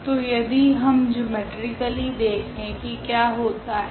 तो यदि हम ज्योमेट्रिकली देखे की क्या होता है